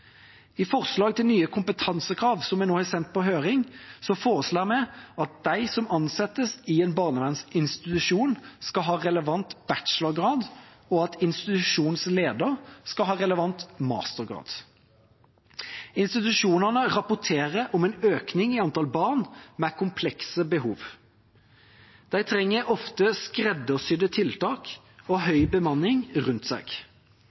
I forslag til nye kompetansekrav, som vi nå har sendt på høring, foreslår vi at de som ansettes i en barnevernsinstitusjon, skal ha en relevant bachelorgrad, og at institusjonslederen skal ha en relevant mastergrad. Institusjonene rapporterer om en økning i antall barn med komplekse behov. De trenger ofte skreddersydde tiltak og høy bemanning rundt seg.